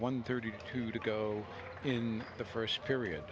one thirty two to go in the first period